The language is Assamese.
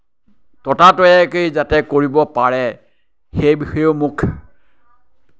ততাতৈয়াকৈ যাতে কৰিব পাৰে সেই বিষয়েও মোক